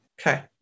Okay